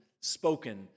spoken